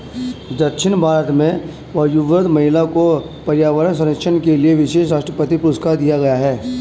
दक्षिण भारत में वयोवृद्ध महिला को पर्यावरण संरक्षण के लिए विशेष राष्ट्रपति पुरस्कार दिया गया है